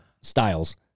styles